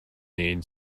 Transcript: need